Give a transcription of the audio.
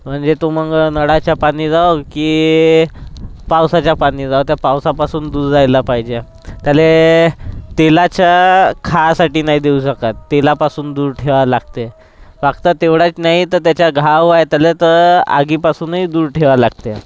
म्हणजे तो मग नळाचे पाणी राव की पावसाचे पाणी राव त्या पावसापासून दूर राहायला पाहिजे त्याला तेलाचं खायसाठी नाही देऊ शकत तेलापासून दूर ठेवा लागते फक्त तेवढंच नाही तर त्याचा घाव आहे त्याला तर आगीपासूनही दूर ठेवा लागते